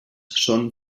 són